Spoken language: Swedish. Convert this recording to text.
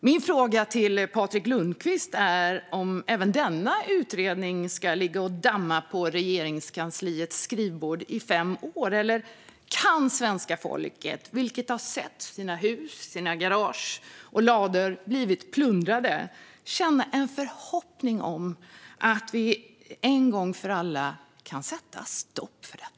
Min fråga till Patrik Lundqvist är om även denna utredning ska ligga och damma på Regeringskansliets skrivbord i fem år. Eller kan svenska folket, som har sett sina hus, sina garage och sina lador bli plundrade, känna en förhoppning om att vi en gång för alla kan sätta stopp för detta?